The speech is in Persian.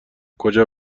کجا